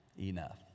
Enough